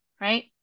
right